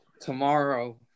tomorrow